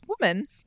woman